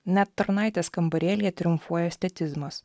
net tarnaitės kambarėlyje triumfuoja estetizmas